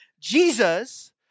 Jesus